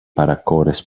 παρακόρες